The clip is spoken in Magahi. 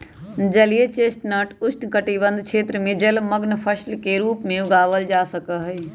जलीय चेस्टनट उष्णकटिबंध क्षेत्र में जलमंग्न फसल के रूप में उगावल जा सका हई